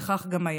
וכך גם היה.